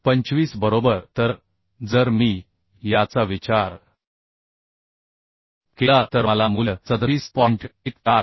25 बरोबर तर जर मी याचा विचार केला तर मला मूल्य 37 मिळेल